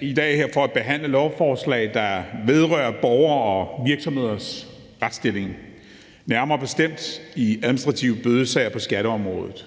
i dag for at behandle et lovforslag, der vedrører borgere og virksomheders retsstilling, nærmere bestemt i administrative bødesager på skatteområdet.